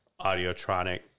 Audiotronic